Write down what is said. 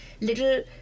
little